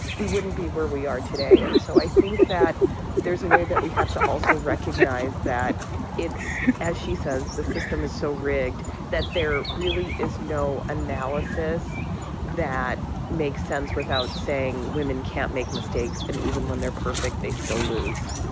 we wouldn't be where we are today. and so i think that there's a way that we have to also recognize that it's as she says, the system is so rigged that there really is no analysis that makes sense without saying women can't make mistakes. and even when they're perfect, they still lose.